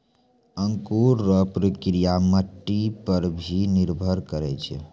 अंकुर रो प्रक्रिया मट्टी पर भी निर्भर करै छै